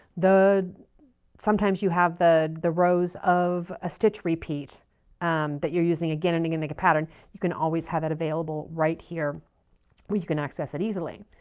sometimes you have the the rows of a stitch repeat that you're using again and again like a pattern. you can always have that available right here where you can access it easily.